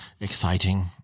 Exciting